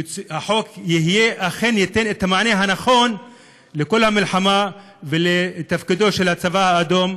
שהחוק אכן ייתן את המענה הנכון לכל המלחמה ולתפקידו של הצבא האדום,